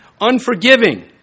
Unforgiving